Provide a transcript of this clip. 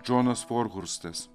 džonas forhurstas